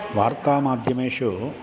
वार्तामाध्यमेषु